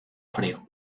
frío